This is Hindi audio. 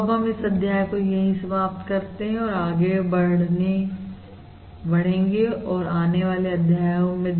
तो अब हम इस अध्याय को यहीं समाप्त करते हैं और आगे बढ़ेंगे आने वाले अध्यायों में